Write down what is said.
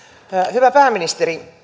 hyvä pääministeri